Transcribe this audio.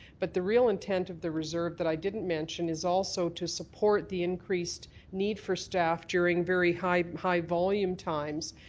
but the real intent of the reserve that i didn't mention is also to support the increased need for staff during very high high volume times,